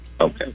Okay